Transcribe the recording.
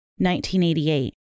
1988